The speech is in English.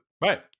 Right